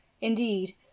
indeed